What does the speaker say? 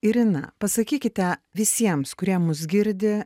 irina pasakykite visiems kurie mus girdi